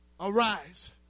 arise